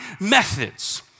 methods